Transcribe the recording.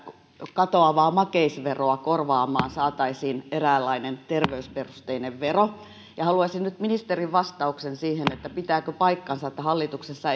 katoavaa makeisveroa korvaamaan saataisiin eräänlainen terveysperusteinen vero haluaisin nyt ministerin vastauksen siihen pitääkö paikkansa että hallituksessa